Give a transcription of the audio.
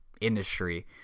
industry